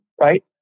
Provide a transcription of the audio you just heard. right